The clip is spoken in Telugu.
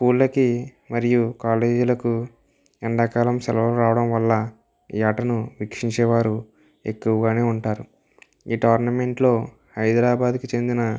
స్కూళ్ళకి మరియు కాలేజీలకు ఎండాకాలం సెలవులు రావడం వల్ల ఈ ఆటను వీక్షించేవారు ఎక్కువగానే ఉంటారు ఈ టోర్నమెంట్లో హైదరాబాద్కి చెందిన